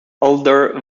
older